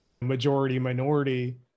majority-minority